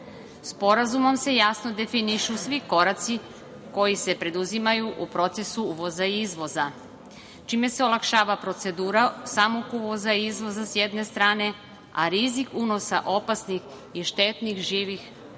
sveta. Sporazumom se jasno definišu svi koraci koji se preduzimaju u procesu uvoza i izvoza čime se olakšava procedura samog uvoza i izvoza sa jedne strane, a rizik unosa opasnih i štetnih živih organizama